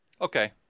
Okay